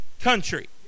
country